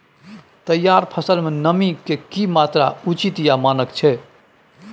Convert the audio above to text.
तैयार फसल में नमी के की मात्रा उचित या मानक छै?